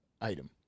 item